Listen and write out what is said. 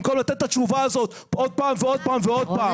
במקום לתת את התשובה עוד פעם ועוד פעם ועוד פעם.